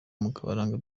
mukabaranga